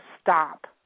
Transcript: stop